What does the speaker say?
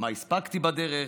מה הספקתי בדרך,